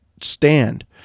stand